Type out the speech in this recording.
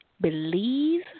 believe